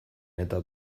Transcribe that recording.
eta